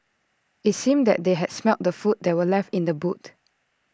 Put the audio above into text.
IT seemed that they had smelt the food that were left in the boot